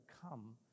come